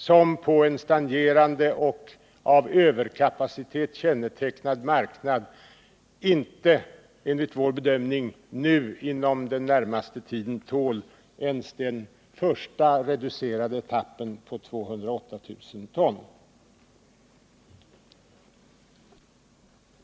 Den av stagnation och överkapacitet kännetecknade marknaden tål, enligt vår bedömning, under den närmaste tiden inte ens den första reducerade etappen på 208 000 ton.